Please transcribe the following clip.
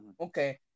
Okay